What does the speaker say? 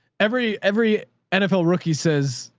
every, every nfl rookie says,